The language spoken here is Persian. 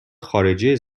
خارجه